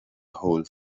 هول